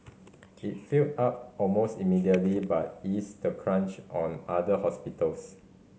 it filled up almost immediately but eased the crunch on other hospitals